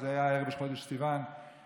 וזה היה ערב ראש חודש סיוון והתפללו.